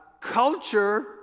Culture